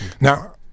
Now